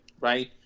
right